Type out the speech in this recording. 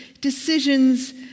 decisions